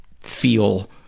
feel